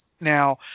Now